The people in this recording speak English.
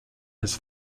his